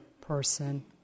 person